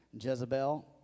Jezebel